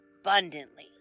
abundantly